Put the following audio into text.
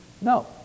No